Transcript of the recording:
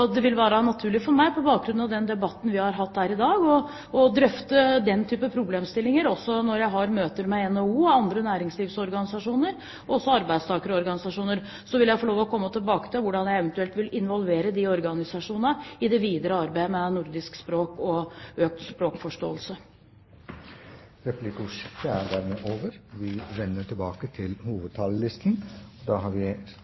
det vil være naturlig for meg, på bakgrunn av den debatten vi har hatt her i dag, å drøfte den type problemstillinger når vi har møter med NHO og andre næringslivsorganisasjoner og arbeidstakerorganisasjoner. Jeg må få lov til å komme tilbake til hvordan jeg eventuelt vil involvere de organisasjonene i det videre arbeidet med nordisk språk og økt språkforståelse. Replikkordskiftet er over. Det er en glede som utenriksminister å delta i debatten om nordisk samarbeid. Da vi